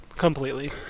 Completely